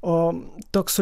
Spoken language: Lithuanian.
o toks